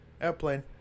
Airplane